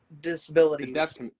disabilities